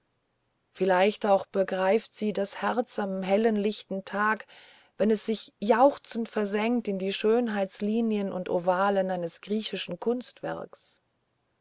vielleicht auch begreift sie das herz am hellen lichten tage wenn es sich jauchzend versenkt in die schönheitslinien und ovalen eines griechischen kunstwerks